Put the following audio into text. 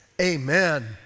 Amen